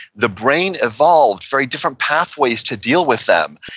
the brain evolved very different pathways to deal with them,